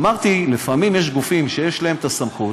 אמרתי: לפעמים יש גופים שיש להם סמכות,